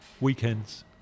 Weekends